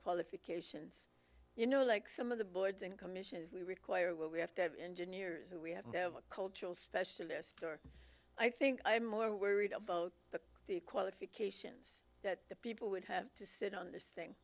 qualifications you know like some of the boards and commissions we require but we have to have engineers and we have to have a cultural specialist or i think i'm more worried about the qualifications that the people would have to sit on this thing